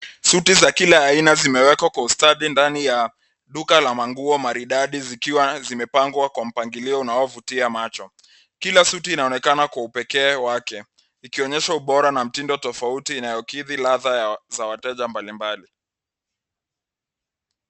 Suti za kila aina zimewekwa kwa ustadi ndani ya duka la manguo maridadi zikiwa zimepangwa kwa mpangilio unaovutia macho. Kila suti inaonekana kwa upekee wake, ikionyesha ubora na mtindo tofauti inaokidhi ladha za wateja mbalimbali.